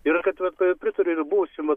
ir vat pritariu ir buvusiem vat